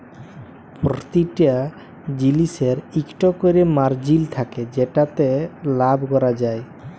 পরতিটা জিলিসের ইকট ক্যরে মারজিল থ্যাকে যেটতে লাভ ক্যরা যায়